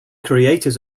creators